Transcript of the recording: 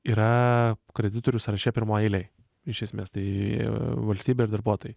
yra kreditorių sąraše pirmoj eilėj iš esmės tai valstybė ir darbuotojai